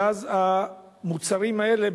ואז המוצרים האלה,